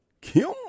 Kim